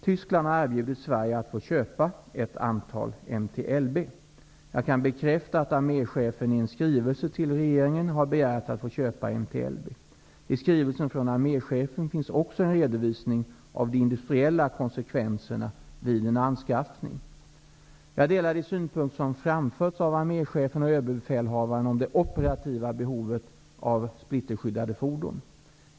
Tyskland har erbjudit Sverige att få köpa ett antal Jag kan bekräfta att arméchefen i en skrivelse till regeringen har begärt att få köpa MT-LB. I skrivelsen från arméchefen finns också en redovisning av de industriella konsekvenserna vid en anskaffning. Jag delar de synpunkter som framförts av arméchefen och överbefälhavaren om det operativa behovet av splitterskyddade fordon.